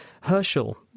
Herschel